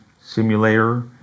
simulator